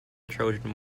trojan